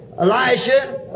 Elijah